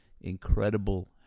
incredible